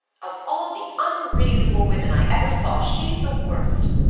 of all the unreasonable women i ever saw she's the worst.